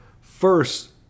First